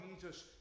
Jesus